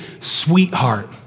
sweetheart